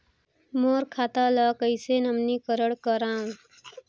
मोर खाता ल कइसे नवीनीकरण कराओ?